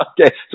Okay